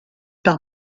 par